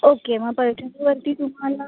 okay मग पैठणीवरती तुम्हाला